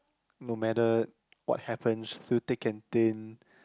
no matter what happens through thick and thin